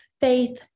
Faith